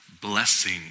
blessing